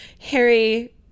Harry